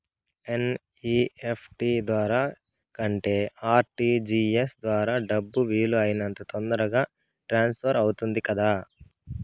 NEFT ద్వారా కంటే RTGS ద్వారా డబ్బు వీలు అయినంత తొందరగా ట్రాన్స్ఫర్ అవుతుంది కదా